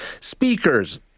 speakers